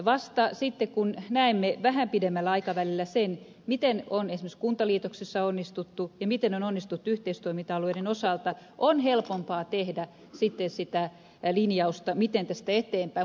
vasta sitten kun näemme vähän pidemmällä aikavälillä sen miten on esimerkiksi kuntaliitoksissa onnistuttu ja miten on onnistuttu yhteistoiminta alueiden osalta on helpompaa tehdä sitä linjausta miten tästä eteenpäin